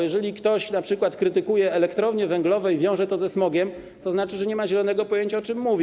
Jeżeli ktoś np. krytykuje elektrownie węglowe i wiąże to ze smogiem, to znaczy, że nie ma zielonego pojęcia, o czym mówi.